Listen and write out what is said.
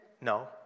No